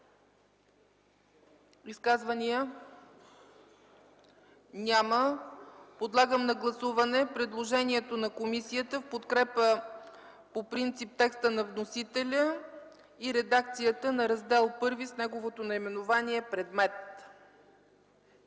Изказвания? Няма. Подлагам на гласуване предложението на комисията в подкрепа по принцип текста на вносителя и редакцията на Раздел І с неговото наименование „Предмет”.